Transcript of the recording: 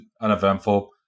uneventful